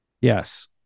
Yes